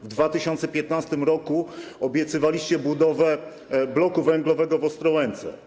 W 2015 r. obiecywaliście budowę bloku węglowego w Ostrołęce.